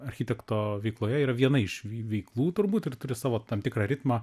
architekto veikloje yra viena iš veiklų turbūt ir turi savo tam tikrą ritmą